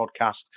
podcast